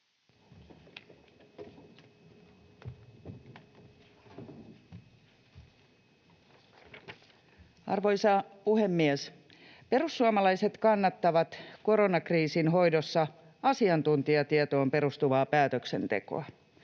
Arvoisa puhemies! Perussuomalaiset kannattavat koronakriisin hoidossa asiantuntijatietoon perustuvaa päätöksentekoa.